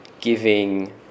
giving